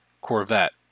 Corvette